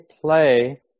play